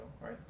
right